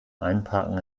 einparken